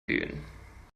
gehen